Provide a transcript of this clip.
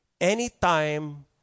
Anytime